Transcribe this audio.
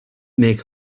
make